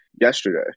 yesterday